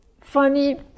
Funny